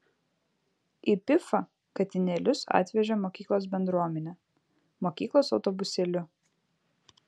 į pifą katinėlius atvežė mokyklos bendruomenė mokyklos autobusėliu